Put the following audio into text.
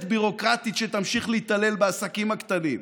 ביורוקרטית שתמשיך להתעלל בעסקים הקטנים.